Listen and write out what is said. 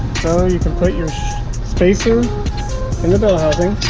so you can put your spacer in the bell housing